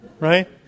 right